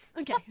okay